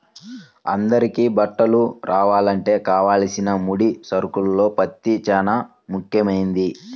అందరికీ బట్టలు రావాలంటే కావలసిన ముడి సరుకుల్లో పత్తి చానా ముఖ్యమైంది